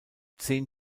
zehn